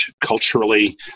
culturally